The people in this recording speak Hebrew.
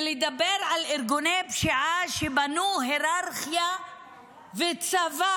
ולדבר על ארגוני פשיעה שבנו היררכיה וצבא